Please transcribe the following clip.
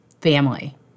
family